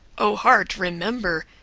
o heart, remember,